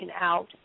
out